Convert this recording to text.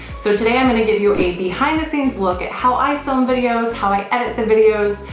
so today i'm gonna give you a behind-the-scenes look at how i film videos, how i edit the videos,